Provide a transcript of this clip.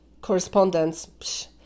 correspondence